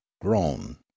grown